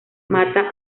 mata